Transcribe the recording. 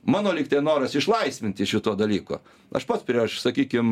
mano lyg noras išlaisvinti iš šito dalyko aš pats prieš sakykim